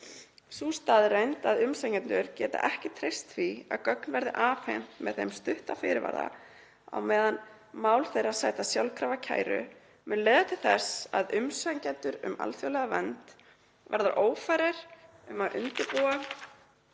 Sú staðreynd að umsækjendur geta ekki treyst því að gögn verði afhent þeim með stuttum fyrirvara á meðan mál þeirra sæta sjálfkrafa kæru, mun leiða til þess að umsækjendur um alþjóðlega vernd verða ófærir um að undirbúa